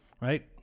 Right